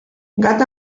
gat